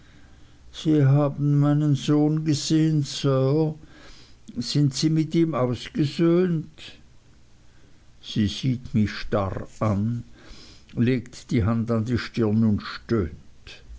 sie haben meinen sohn gesehen sir sind sie mit ihm ausgesöhnt sie sieht mich starr an legt die hand an die stirn und